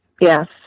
yes